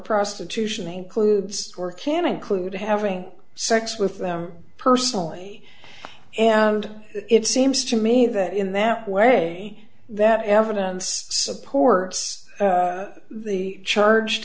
prostitution includes or can include having sex with them personally and it seems to me that in that way that evidence supports the charged